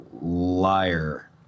liar